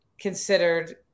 considered